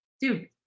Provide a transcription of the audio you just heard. dude